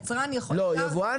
לא.